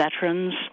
veterans